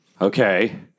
Okay